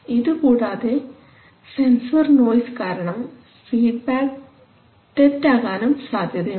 ഇതുകൂടാതെ sensor noise കാരണം feedback തെറ്റ് ആകാനും സാധ്യതയുണ്ട്